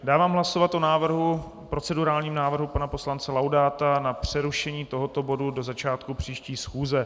Dávám hlasovat o procedurálním návrhu pana poslance Laudáta na přerušení tohoto bodu do začátku příští schůze.